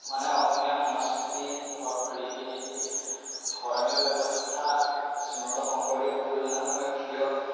মানে অসমীয়া সংস্কৃতি ধৰ্ম ৰীতি নীতি ধৰ্মীয় ব্যৱস্থা শ্ৰীমন্ত শংকৰদেৱ গুৰুজনা মোৰ প্ৰিয়